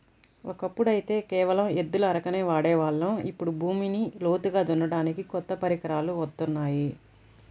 ఒకప్పుడైతే కేవలం ఎద్దుల అరకనే వాడే వాళ్ళం, ఇప్పుడు భూమిని లోతుగా దున్నడానికి కొత్త పరికరాలు వత్తున్నాయి